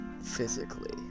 physically